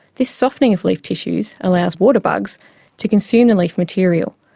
this softening of leaf tissues allows water bugs to consume the leaf material,